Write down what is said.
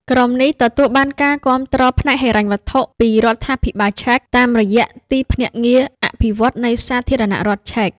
ក្រុមនេះទទួលបានការគាំទ្រផ្នែកហិរញ្ញវត្ថុពីរដ្ឋាភិបាលឆែក តាមរយៈទីភ្នាក់ងារអភិវឌ្ឍន៍នៃសាធារណរដ្ឋឆែក។